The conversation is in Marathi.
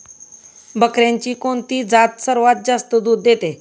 बकऱ्यांची कोणती जात सर्वात जास्त दूध देते?